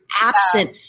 absent